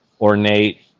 ornate